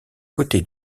côté